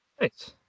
Nice